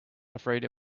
afraid